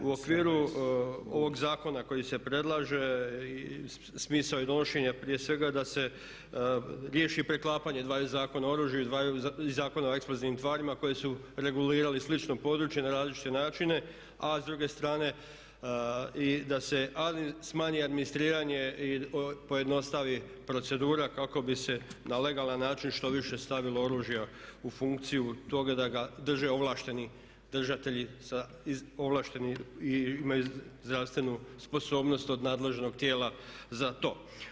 U okviru ovog zakona koji se predlaže i smisao je donošenja prije svega da se riješi preklapanje dvaju zakona, Zakona o oružju i Zakona o eksplozivnim tvarima koji su regulirali slično područje na različite načine, a s druge strane i da se smanji administriranje i pojednostavi procedura kako bi se na legalan način što više stavilo oružja u funkciju toga da ga drže ovlašteni držatelji … i imaju zdravstvenu sposobnost od nadležnog tijela za to.